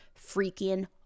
freaking